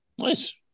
Nice